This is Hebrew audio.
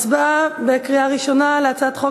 נעבור להצבעה בקריאה ראשונה על הצעת חוק